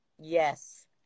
Yes